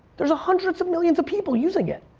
there's hundreds of millions of people using it.